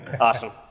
Awesome